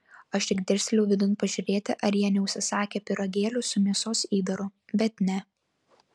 aš tik dirstelėjau vidun pažiūrėti ar jie neužsisakę pyragėlių su mėsos įdaru bet ne